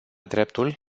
dreptul